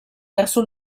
verso